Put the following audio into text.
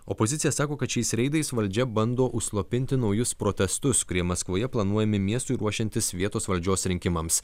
opozicija sako kad šiais reidais valdžia bando užslopinti naujus protestus kurie maskvoje planuojami miestui ruošiantis vietos valdžios rinkimams